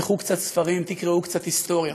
תפתחו קצת ספרים, תקראו קצת היסטוריה,